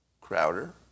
Crowder